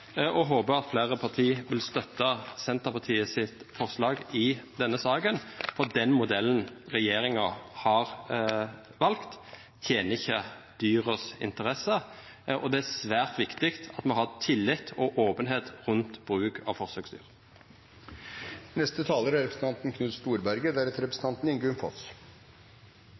og håper at flere partier vil støtte Senterpartiets forslag i denne saken, for den modellen regjeringen har valgt, tjener ikke dyrenes interesser, og det er svært viktig at vi har tillit og åpenhet rundt bruk av forsøksdyr. Representanten